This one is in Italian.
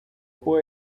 può